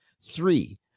Three